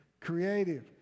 creative